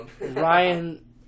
Ryan